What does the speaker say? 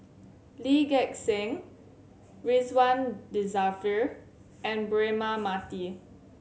Lee Gek Seng Ridzwan Dzafir and Braema Mathi